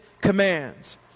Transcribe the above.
commands